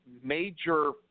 major